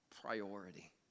priority